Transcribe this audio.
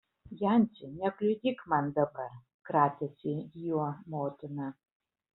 janči nekliudyk man dabar kratėsi juo motina